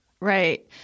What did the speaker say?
Right